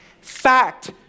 Fact